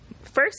first